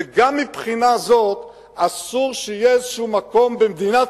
וגם מבחינה זו אסור שיהיה איזה מקום במדינת